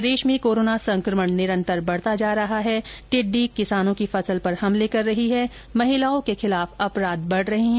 प्रदेश में कोरोना संक्रमण निरन्तर बढता जा रहा है टिड्डी किसानों की फसल पर हमले कर रही है महिलाओं के खिलाफ अपराध बढ रहे हैं